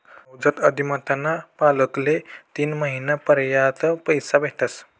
नवजात उधिमताना मालकले तीन महिना पर्यंत पैसा भेटस